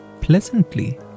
pleasantly